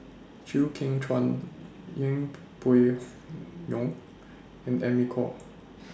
Chew Kheng Chuan Yeng Pway Ngon and Amy Khor